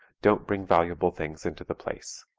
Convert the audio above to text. don't bring valuable things into the place.